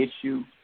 issue